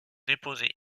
déposés